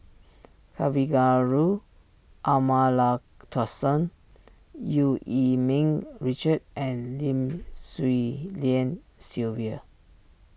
Kavignareru Amallathasan Eu Yee Ming Richard and Lim Swee Lian Sylvia